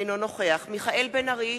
אינו נוכח מיכאל בן-ארי,